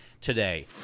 today